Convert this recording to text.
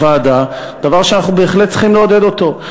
בוועדה, דבר שאנחנו בהחלט צריכים לעודד אותו.